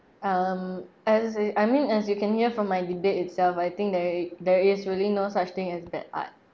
um as in I mean as you can hear from my debate itself I think there it there is really no such thing as bad art